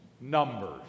numbers